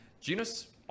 Genus